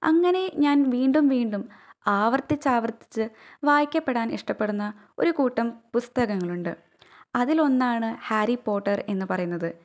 അങ്ങനെ ഞാന് വീണ്ടും വീണ്ടും ആവര്ത്തിച്ചാവര്ത്തിച്ച് വായിക്കപ്പെടാന് ഇഷ്ടപ്പെടുന്ന ഒരു കൂട്ടം പുസ്തകങ്ങളുണ്ട് അതിലൊന്നാണ് ഹാരി പോട്ടര് എന്നു പറയുന്നത്